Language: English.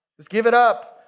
just give it up.